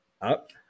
up